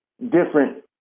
different